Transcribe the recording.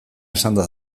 esanda